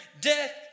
death